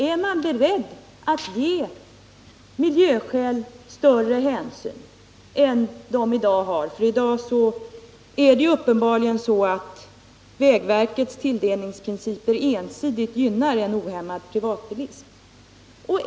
Är man beredd att ta större hänsyn till miljöskäl än vad man gör i dag? I dag är det uppenbarligen så att vägverkets tilldelningsprinciper ensidigt gynnar en ohämmad privatbilism.